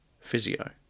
physio